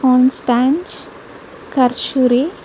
Constance Karlsruhe